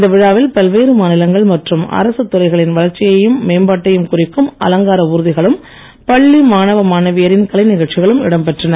இந்த விழாவில் பல்வேறு மாநிலங்கள் மற்றும் அரசுத் துறைகளின் வளர்ச்சியையும் மேம்பாட்டையும் குறிக்கும் அலங்கார ஊர்திகளும் பள்ளி மாணவ மாணவியரின் கலை நிகழ்ச்சிகளும் இடம் பெற்றன